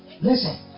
Listen